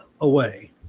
away